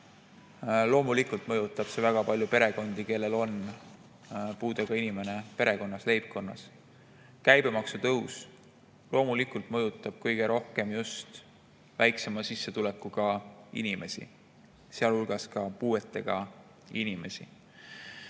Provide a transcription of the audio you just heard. Loomulikult mõjutab see väga palju perekondi, kellel on puudega inimene perekonnas, leibkonnas. Käibemaksu tõus loomulikult mõjutab kõige rohkem just väiksema sissetulekuga inimesi, sealhulgas puuetega inimesi. Nii